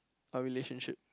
our relationship